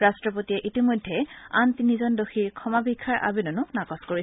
ৰাট্টপতিয়ে ইতিমধ্যে আন তিনিজন দোষীৰ ক্ষমাভিক্ষাৰ আবেদনো নাকচ কৰিছে